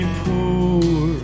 poor